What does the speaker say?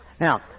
Now